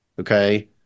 okay